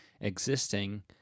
existing